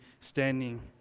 standing